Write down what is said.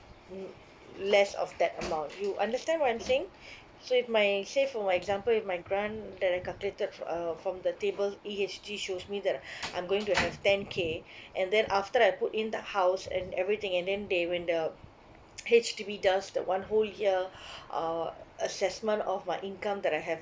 mm less of that amount you understand what I'm saying so if my say for my example if my grant that I calculated uh from the table E_H_G shows me that I'm going to have ten K and then after I put in the house and everything and then they when the H_D_B does the one whole year uh assessment of my income that I have